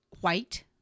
White